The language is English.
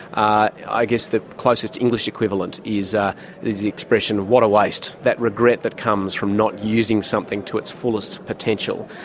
i guess the closest english equivalent is ah is the expression, what a waste that regret that comes from not using something to its fullest potential.